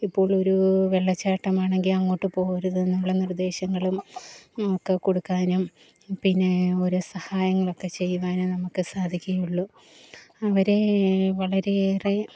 ഇപ്പോളൊരൂ വെള്ളച്ചാട്ടമാണെങ്കിൽ അങ്ങോട്ട് പോകരുതെന്നുള്ള നിർദ്ദേശങ്ങളും ഒക്കെ കൊടുക്കാനും പിന്നേ ഒരു സഹായങ്ങളൊക്കെ ചെയ്യുവാനും നമുക്ക് സാധിക്കുകയുള്ളു അവരെ വളരെയേറെ